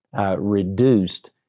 reduced